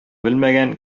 белмәгән